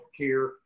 healthcare